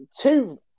Two